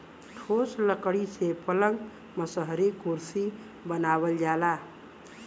ठोस लकड़ी से पलंग मसहरी कुरसी बनावल जाला